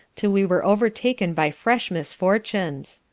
till we were overtaken by fresh misfortunes.